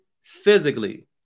physically